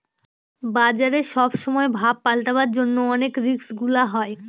বাজারে সব সময় ভাব পাল্টাবার জন্য অনেক রিস্ক গুলা হয়